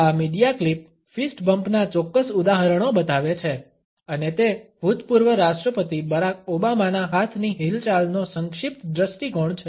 આ media clip fist બમ્પના ચોક્કસ ઉદાહરણો બતાવે છે અને તે ભૂતપૂર્વ રાષ્ટ્રપતિ બરાક ઓબામાના હાથની હિલચાલનો સંક્ષિપ્ત દૃષ્ટિકોણ છે